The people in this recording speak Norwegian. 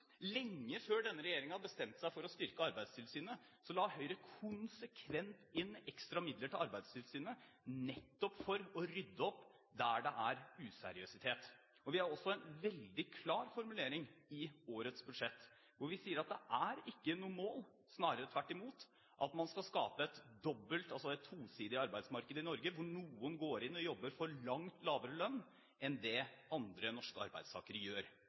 Lenge før denne regjeringen bestemte seg for å styrke Arbeidstilsynet, la Høyre konsekvent inn ekstra midler til Arbeidstilsynet nettopp for å rydde opp der det er useriøsitet. Vi har også en veldig klar formulering i årets budsjettinnstilling. Vi sier at det ikke er noe mål, snarere tvert imot, at man skal skape et tosidig arbeidsmarked i Norge, hvor noen går inn og jobber for langt lavere lønn enn andre norske arbeidstakere.